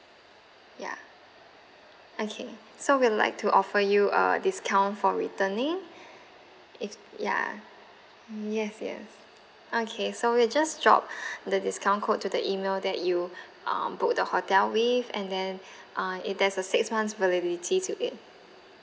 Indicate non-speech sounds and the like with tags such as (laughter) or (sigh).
ya okay so we'll like to offer you a discount for returning (breath) it's ya yes yes okay so we'll just drop (breath) the discount code to the email that you (breath) um booked the hotel with and then (breath) uh it there's a six months validity to it